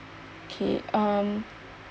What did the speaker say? K um